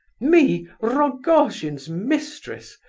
me, rogojin's mistress!